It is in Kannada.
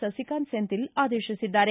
ಸಸಿಕಾಂತ್ ಸೆಂಥಿಲ್ ಆದೇತಿಸಿದ್ದಾರೆ